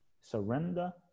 surrender